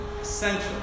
Essential